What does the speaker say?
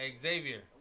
Xavier